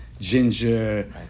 ginger